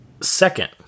Second